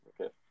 okay